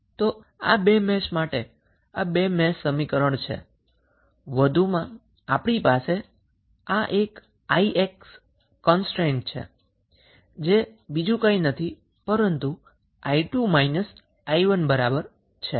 તો આ બે મેશ માટે આ બે મેશ સમીકરણ છે વધુ માં આપણી પાસે 𝑖𝑥 માટે બીજો કન્સટ્રેન્ટ છે જે બીજું કંઈ નથી પરંતુ i2 i1 છે